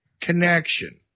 connection